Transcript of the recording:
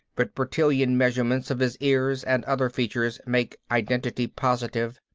but bertillon measurements of his ears and other features make identity positive.